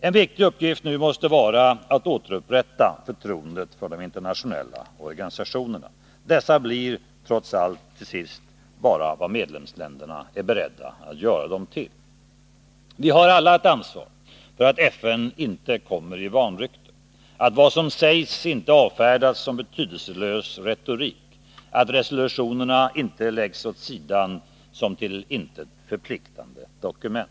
En viktig uppgift nu måste vara att återupprätta förtroendet för de internationella organisationerna. Dessa blir trots allt till sist bara vad medlemsstaterna gör dem till. Den gängse nord-syd-uppdelningen har också, särskilt i finansiella sammanhang, redan övergetts, inte minst till följd av den betydelse som oljeländerna och de plötsliga förändringarna i oljepriserna fått för världsekonomin.